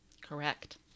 Correct